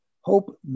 Hope